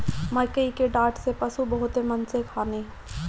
मकई के डाठ भी पशु बहुते मन से खाने